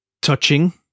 Touching